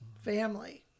family